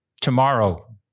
tomorrow